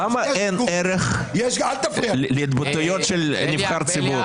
למה אין ערך להתבטאויות של נבחר ציבור?